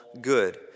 good